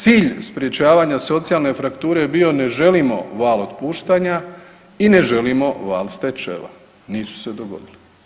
Cilj sprječavanja socijalne frakture je bio ne želimo val otpuštanja i ne želimo val stečajeva, nisu se dogodili.